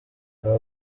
aba